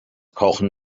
kochen